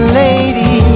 lady